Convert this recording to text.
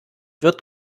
wird